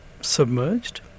submerged